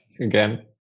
again